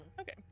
Okay